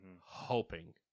hoping